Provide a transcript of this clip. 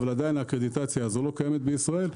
אבל עדיין הקרדיטציה הזו לא קיימת בישראל.